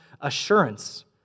assurance